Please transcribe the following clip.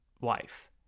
wife